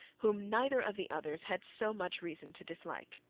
whom neither of the others had so much reason to dislike.